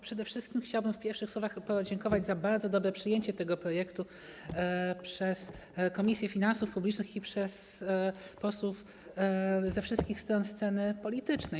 Przede wszystkim chciałbym w pierwszych słowach podziękować za bardzo dobre przyjęcie tego projektu przez Komisję Finansów Publicznych i przez posłów ze wszystkich stron sceny politycznej.